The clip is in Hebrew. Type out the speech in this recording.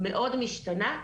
מאוד משתנה.